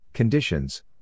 Conditions